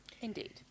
Indeed